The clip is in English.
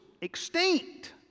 extinct